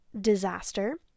disaster